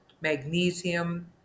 magnesium